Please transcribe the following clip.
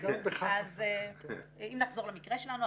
אם נחזור למקרה שלנו,